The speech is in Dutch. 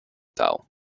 taal